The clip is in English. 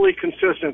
consistent